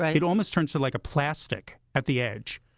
like it almost turns to like a plastic at the edge.